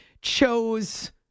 chose